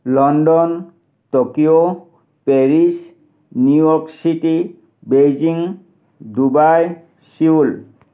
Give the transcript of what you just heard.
London Tokyo Paris New York city Beijing Dubai Seoul